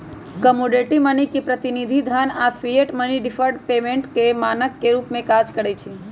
commodity money, प्रतिनिधि धन आऽ फिएट मनी डिफर्ड पेमेंट के मानक के रूप में काज करइ छै